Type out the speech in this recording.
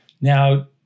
Now